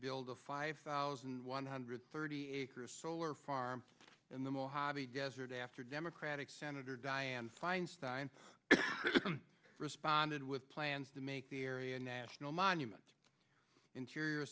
build a five thousand one hundred thirty acre solar farm in the mojave desert after democratic senator dianne feinstein responded with plans to make the area a national monument interior